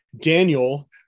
Daniel